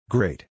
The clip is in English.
Great